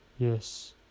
Yes